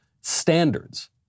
standards